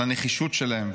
על הנחישות שלהם,